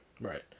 Right